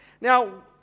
Now